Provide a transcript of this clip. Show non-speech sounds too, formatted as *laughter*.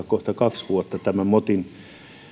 *unintelligible* kohta kaksi vuotta motin